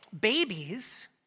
babies